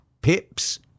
pips